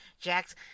Jax